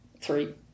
three